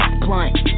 blunt